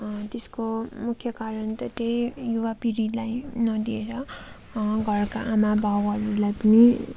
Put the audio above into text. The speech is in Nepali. त्यसको मुख्य कारण त त्यही युवा पिँढीलाई नदिएर घरका आमा बाउहरूलाई पनि